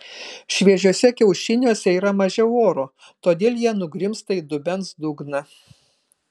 šviežiuose kiaušiniuose yra mažiau oro todėl jie nugrimzta į dubens dugną